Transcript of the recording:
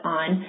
on